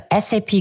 SAP